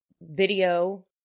video